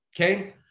Okay